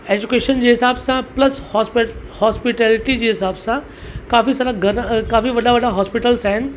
education जे हिसाब सां प्लस हॉस्प हॉस्पिटैलिटी जे हिसाब सां काफ़ी सारा गद काफ़ी वॾा वॾा हॉस्पिटल्स आहिनि